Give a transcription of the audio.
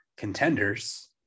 contenders